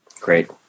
Great